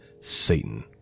Satan